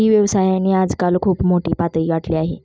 E व्यवसायाने आजकाल खूप मोठी पातळी गाठली आहे